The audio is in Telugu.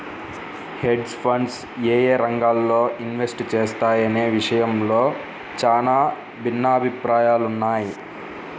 హెడ్జ్ ఫండ్స్ యేయే రంగాల్లో ఇన్వెస్ట్ చేస్తాయనే విషయంలో చానా భిన్నాభిప్రాయాలున్నయ్